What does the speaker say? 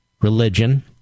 religion